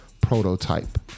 Prototype